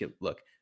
look